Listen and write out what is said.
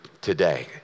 today